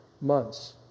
months